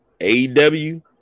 AEW